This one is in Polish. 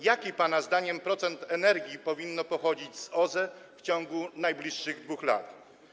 Jaki, pana zdaniem, procent energii powinien pochodzić z OZE w ciągu najbliższych dwóch lat?